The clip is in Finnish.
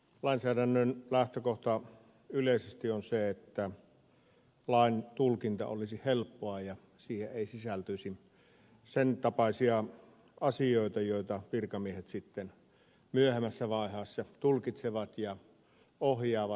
lainsäädännön lähtökohta yleisesti on se että lain tulkinta olisi helppoa ja siihen ei sisältyisi sen tapaisia asioita joita virkamiehet sitten myöhemmässä vaiheessa tulkitsevat ja joiden perusteella ohjaavat lakia